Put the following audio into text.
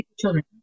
children